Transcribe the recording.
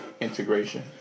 integration